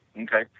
okay